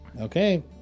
okay